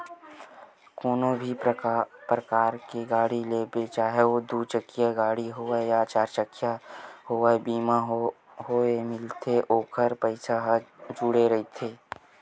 कोनो भी परकार के गाड़ी लेबे चाहे ओहा दू चकिया गाड़ी होवय या चरचकिया होवय बीमा होय मिलथे ओखर पइसा ह जुड़े रहिथे